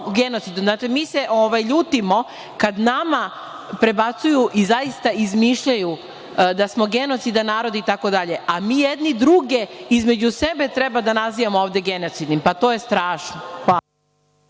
znate mi se ljutimo kada nam prebacuju i izmišljaju da smo genocidan narod itd, a mi jedni druge između sebe treba da nazivamo genocidnim, pa to je strašno.